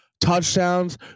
Touchdowns